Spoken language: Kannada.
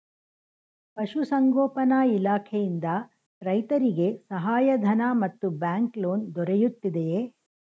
ಪಶು ಸಂಗೋಪನಾ ಇಲಾಖೆಯಿಂದ ರೈತರಿಗೆ ಸಹಾಯ ಧನ ಮತ್ತು ಬ್ಯಾಂಕ್ ಲೋನ್ ದೊರೆಯುತ್ತಿದೆಯೇ?